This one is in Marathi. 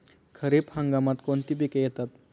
खरीप हंगामात कोणती पिके येतात?